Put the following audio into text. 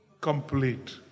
complete